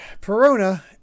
Perona